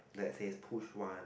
that says push once